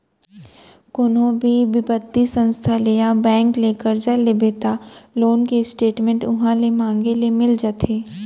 कोनो भी बित्तीय संस्था ले या बेंक ले करजा लेबे त लोन के स्टेट मेंट उहॉं ले मांगे ले मिल जाथे